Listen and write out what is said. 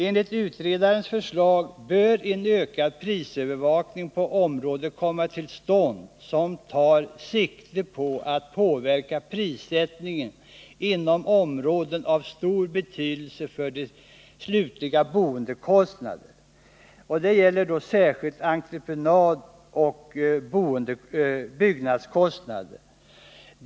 Enligt utredarens förslag bör en ökad prisövervakning på området komma till stånd som tar sikte på att påverka prissättningen inom områden av stor betydelse för de slutliga boendekostnaderna. Det gäller då särskilt entreprenadoch byggnadskostnaderna.